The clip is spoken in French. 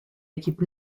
équipe